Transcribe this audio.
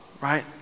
right